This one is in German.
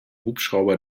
hubschrauber